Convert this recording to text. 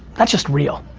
that's just real.